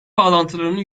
bağlantılarının